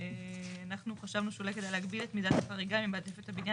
אנחנו חשבנו שאולי כדאי להגביל את מידת החריגה ממעטפת הבנין